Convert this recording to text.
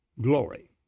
glory